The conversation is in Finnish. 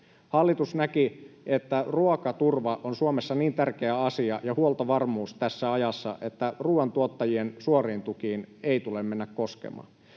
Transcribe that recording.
Hallitus näki, että ruokaturva ja huoltovarmuus on Suomessa niin tärkeä asia tässä ajassa, että ruoantuottajien suoriin tukiin ei tule mennä koskemaan.